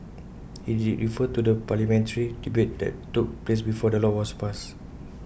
he did refer to the parliamentary debate that took place before the law was passed